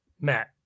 Matt